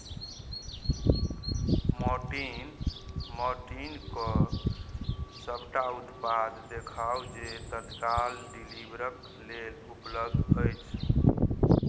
Mortein मॉर्टीनके सभटा उत्पाद देखाउ जे तत्काल डिलीवरीक लेल उपलब्ध अछि